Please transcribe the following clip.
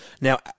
Now